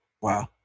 Wow